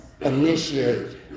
Initiate